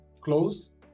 close